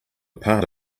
part